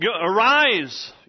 Arise